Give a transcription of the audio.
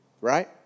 right